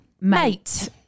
Mate